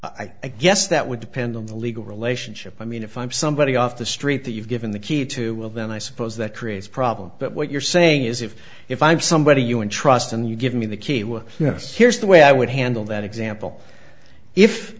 i guess that would depend on the legal relationship i mean if i'm somebody off the street that you've given the key to well then i suppose that creates a problem but what you're saying is if if i'm somebody you and trust and you give me the key with yes here's the way i would handle that example if